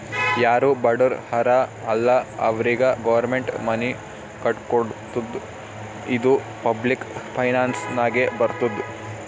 ಯಾರು ಬಡುರ್ ಹರಾ ಅಲ್ಲ ಅವ್ರಿಗ ಗೌರ್ಮೆಂಟ್ ಮನಿ ಕಟ್ಕೊಡ್ತುದ್ ಇದು ಪಬ್ಲಿಕ್ ಫೈನಾನ್ಸ್ ನಾಗೆ ಬರ್ತುದ್